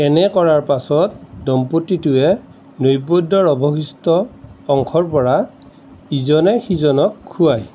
এনে কৰাৰ পাছত দম্পতীটোৱে নৈবেদ্যৰ অৱশিষ্ট অংশৰ পৰা ইজনে সিজনক খুৱায়